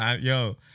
Yo